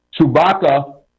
Chewbacca